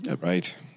Right